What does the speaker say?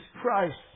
Christ